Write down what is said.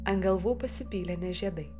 ant galvų pasipylė ne žiedai